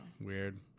Weird